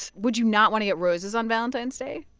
would you not want to get roses on valentine's day?